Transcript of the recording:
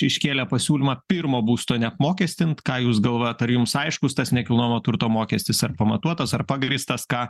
iškėlė pasiūlymą pirmo būsto neapmokestint ką jūs galvojat ar jums aiškus tas nekilnojamo turto mokestis ar pamatuotas ar pagrįstas ką